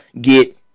get